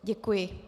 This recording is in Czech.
Děkuji.